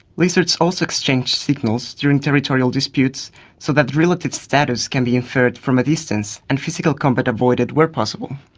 lizards also exchange signals during territorial disputes so that relative status can be inferred from a distance and physical combat avoided where possible.